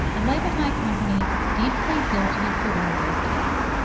a labour hire company did plead guilty for one of those deaths.